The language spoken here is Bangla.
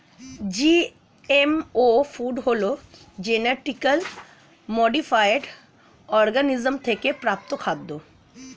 জিএমও ফুড হলো জেনেটিক্যালি মডিফায়েড অর্গানিজম থেকে প্রাপ্ত খাদ্য